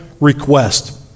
request